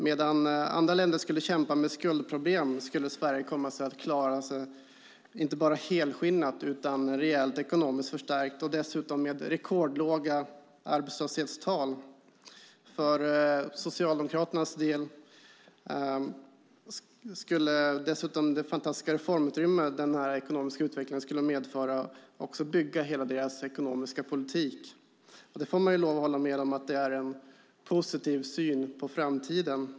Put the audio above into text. Medan andra länder skulle kämpa med skuldproblem skulle Sverige komma att klara sig inte bara helskinnat utan även rejält ekonomiskt förstärkt, och dessutom med rekordlåga arbetslöshetstal. För Socialdemokraternas del skulle dessutom det fantastiska reformutrymme som denna ekonomiska utveckling skulle medföra också bygga hela deras ekonomiska politik. Man får ju lov att hålla med om att det är en positiv syn på framtiden.